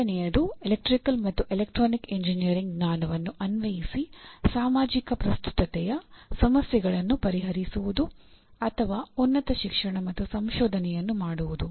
ಎರಡನೆಯದು ಎಲೆಕ್ಟ್ರಿಕಲ್ ಮತ್ತು electronics engineering ಜ್ಞಾನವನ್ನು ಅನ್ವಯಿಸಿ ಸಾಮಾಜಿಕ ಪ್ರಸ್ತುತತೆಯ ಸಮಸ್ಯೆಗಳನ್ನು ಪರಿಹರಿಸುವುದು ಅಥವಾ ಉನ್ನತ ಶಿಕ್ಷಣ ಮತ್ತು ಸಂಶೋಧನೆಯನ್ನು ಮಾಡುವುದು